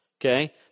okay